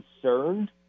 concerned